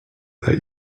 that